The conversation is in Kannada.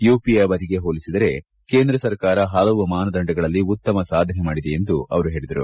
ಯುಪಿಎ ಅವಧಿಗೆ ಹೋಲಿಸಿದರೆ ಕೇಂದ್ರ ಸರ್ಕಾರ ಹಲವು ಮಾನದಂಡಗಳಲ್ಲಿ ಉತ್ತಮ ಸಾಧನೆ ಮಾಡಿದೆ ಎಂದು ಅವರು ಹೇಳಿದರು